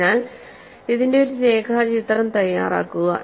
അതിനാൽ ഇതിന്റെ ഒരു രേഖാചിത്രം തയ്യാറാക്കുക